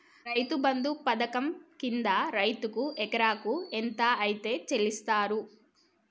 రైతు బంధు పథకం కింద రైతుకు ఎకరాకు ఎంత అత్తే చెల్లిస్తరు?